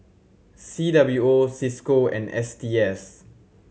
C W O Cisco and S T S